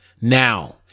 Now